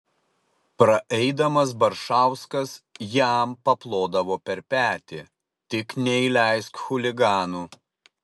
praeidamas baršauskas jam paplodavo per petį tik neįleisk chuliganų